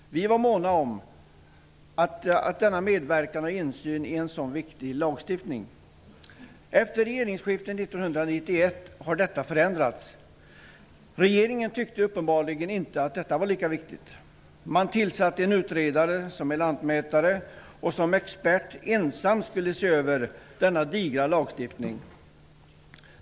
Vi var måna om en sådan medverkan och insyn i en så viktig lagstiftning. Efter regeringsskiftet 1991 har detta förändrats. Den regering vi nu har tyckte uppenbarligen inte att detta var lika viktigt. Man tillsatte en utredare, en lantmätare, vilken som expert ensam skulle se över denna digra lagstiftning.